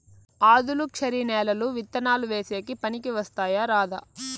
ఆధులుక్షరి నేలలు విత్తనాలు వేసేకి పనికి వస్తాయా రాదా?